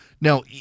Now